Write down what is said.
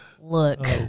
Look